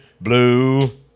blue